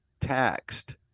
taxed